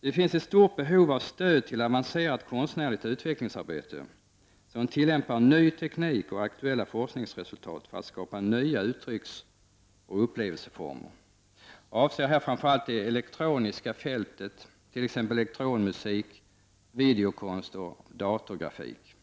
Det finns ett stort behov av stöd till avancerat konstnärligt utvecklingsarbete som tillämpar ny teknik och aktuella forskningsresultat för att skapa nya uttrycksoch upplevelseformer. Jag avser här framför allt det elektroniska fältet, t.ex. elektronmusik, videokonst och datorgrafik.